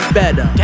better